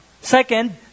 Second